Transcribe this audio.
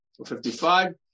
55